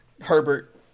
Herbert